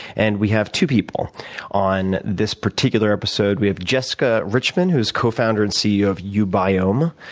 and we have two people on this particular episode. we have jessica richman, who's cofounder and ceo of ubiome,